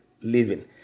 living